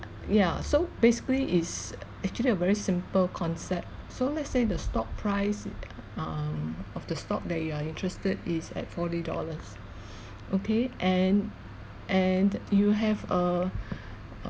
ya so basically is actually a very simple concept so let's say the stock price um of the stock that you are interested is at forty dollars okay and and you have a